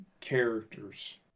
characters